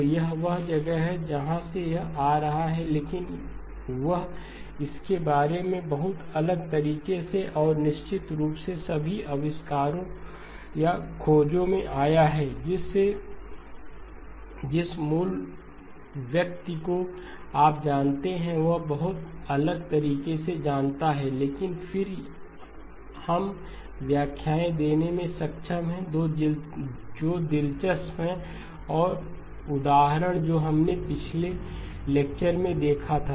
तो यह वह जगह है जहां से यह आ रहा है लेकिन वह इसके बारे में बहुत अलग तरीके से और निश्चित रूप से सभी आविष्कारों या खोजों में आया है जिस मूल व्यक्ति को आप जानते हैं वह बहुत अलग तरीके से जानता है लेकिन फिर हम व्याख्याएँ देने में सक्षम हैं जो दिलचस्प हैं और उदाहरण जो हमने पिछले लेक्चर में देखा था